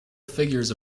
figures